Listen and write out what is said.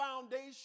foundation